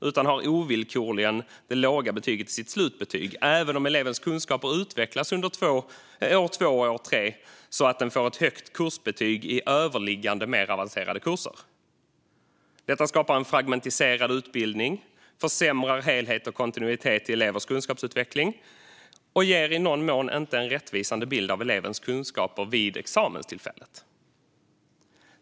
Den har ovillkorligen det låga betyget i sitt slutbetyg även om elevens kunskaper utvecklas under år 2 och 3 så att den får ett högt kursbetyg i överliggande, mer avancerade kurser. Detta skapar en fragmentiserad utbildning, det försämrar helhet och kontinuitet i elevens kunskapsutveckling och det ger i någon mån inte en rättvisande bild av elevens kunskaper vid examenstillfället.